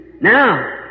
Now